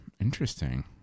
Interesting